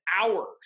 hours